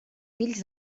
fills